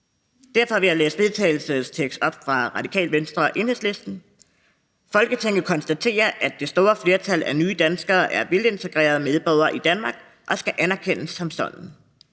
Derfor vil jeg læse en vedtagelsestekst op på vegne af Radikale Venstre og Enhedslisten: Forslag til vedtagelse »Folketinget konstaterer, at det store flertal af nye danskere er velintegrerede medborgere i Danmark og skal anerkendes som sådan.